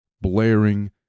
blaring